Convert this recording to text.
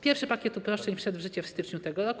Pierwszy pakiet uproszczeń wszedł w życie w styczniu tego roku.